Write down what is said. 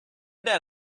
their